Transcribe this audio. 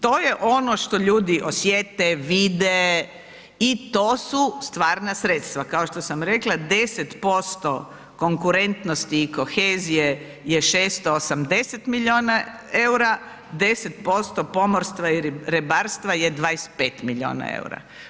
To je ono što ljudi osjete, vide i to su stvarna sredstva, kao što sam rekla, 10% konkurentnosti i kohezije je 680 milijuna eura, 10% pomorstva i ribarstva je 25 milijuna eura.